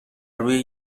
روی